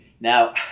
Now